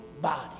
body